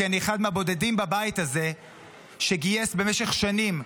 כי אני אחד מהבודדים בבית הזה שגייס במשך שנים,